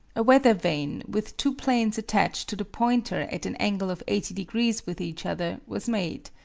a weather-vane, with two planes attached to the pointer at an angle of eighty degrees with each other, was made.